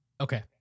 Okay